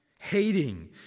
Hating